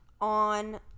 On